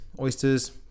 oysters